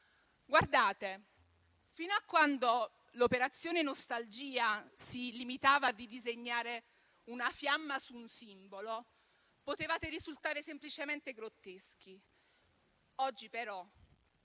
politica. Fino a quando l'operazione nostalgia si limitava a disegnare una fiamma su un simbolo, potevate risultare semplicemente grotteschi. Oggi, però,